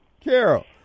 Carol